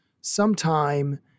sometime